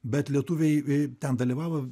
bet lietuviai ten dalyvavo